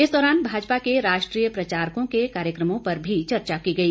इस दौरान भाजपा के राष्ट्रीय प्रचारकों के कार्यक्रमों पर भी चर्चा की गई